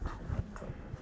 oh my God